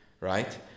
right